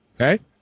okay